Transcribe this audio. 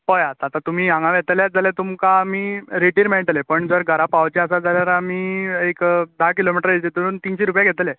पळयात आता तुमी हांगा येताल्यात जाल्यार तुमकां रेटीर मेळटले पूण जर घरा पावोवचे जाल्यार आमी एक धा किलोमिटर रेंजीचेर एक तिनशीं रुपया घेतले